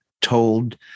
told